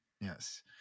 yes